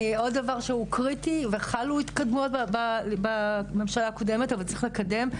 עוד דבר שהוא קריטי וחלה התקדמות בו בממשלה הקודמת אבל צריך לקדם.